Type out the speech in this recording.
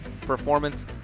performance